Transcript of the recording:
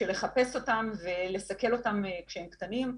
של לחפש אותם ולסכל אותם כשהם קטנים.